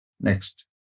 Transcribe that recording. Next